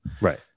Right